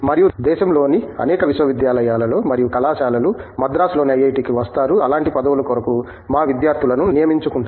మరియు దేశంలోని అనేక విశ్వవిద్యాలయాలు మరియు కళాశాలలు మద్రాసులోని ఐఐటికి వస్తారు అలాంటి పదవుల కొరకు మా విద్యార్థులను నియమించుకుంటారు